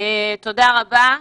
תודה רבה.